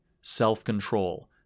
self-control